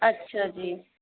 ਅੱਛਾ ਜੀ